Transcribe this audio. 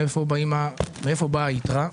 מאיפה באה היתרה?